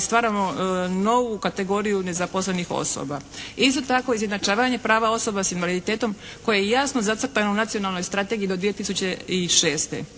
stvaramo novu kategoriju nezaposlenih osoba. Isto tako, izjednačavanje prava osoba s invaliditetom koje je jasno zacrtano u nacionalnoj strategiji do 2006.